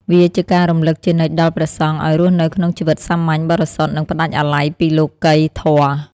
វាជាការរំលឹកជានិច្ចដល់ព្រះសង្ឃឲ្យរស់នៅក្នុងជីវិតសាមញ្ញ បរិសុទ្ធ និងផ្តាច់អាល័យពីលោកិយធម៌។